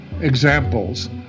examples